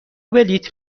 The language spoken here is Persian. بلیط